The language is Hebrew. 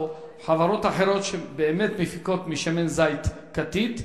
או חברות אחרות שבאמת מפיקות שמן זית כתית,